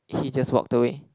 did he just walked away